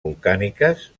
volcàniques